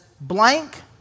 blank